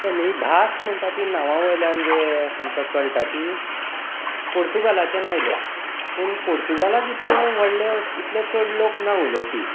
आमी भास म्हणटा ती नांवा वयल्यान जे आमकां कळटा ती पुर्तुगालच्यान आयल्या पूण पुर्तुगालाक इतले व्हडले इतले चड लोक ना उलोवपी